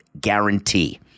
guarantee